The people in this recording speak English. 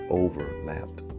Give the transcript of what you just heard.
overlapped